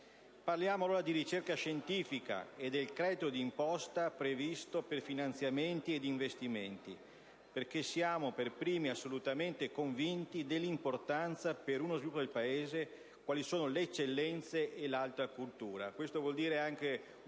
Parliamo allora di ricerca scientifica e del credito di imposta previsto per finanziamenti ed investimenti, perché siamo per primi assolutamente convinti dell'importanza per uno sviluppo dei Paese delle eccellenze e dell'alta cultura